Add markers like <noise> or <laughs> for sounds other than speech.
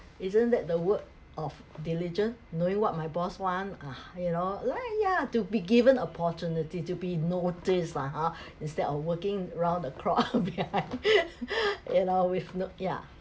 isn't that the word of diligent knowing what my boss wants ah you know like ya to be given opportunity to be noticed lah hor instead of working round the clock <laughs> you know with no yeah